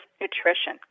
nutrition